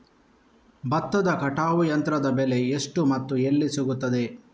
ಭತ್ತದ ಕಟಾವು ಯಂತ್ರದ ಬೆಲೆ ಎಷ್ಟು ಮತ್ತು ಎಲ್ಲಿ ಸಿಗುತ್ತದೆ?